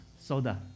soda